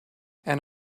and